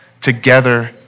together